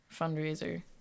fundraiser